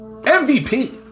mvp